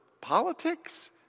politics